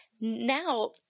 now